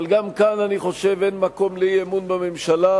אבל גם כאן אני חושב שאין מקום לאי-אמון בממשלה,